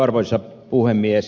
arvoisa puhemies